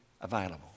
available